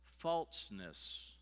Falseness